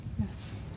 Yes